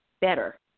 better